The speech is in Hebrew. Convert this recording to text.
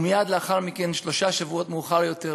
ומייד לאחר מכן, שלושה שבועות מאוחר יותר,